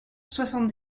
soixante